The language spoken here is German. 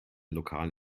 lokal